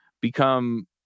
become